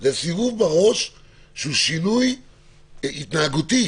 זה סיבוב בראש שהוא שינוי התנהגותי.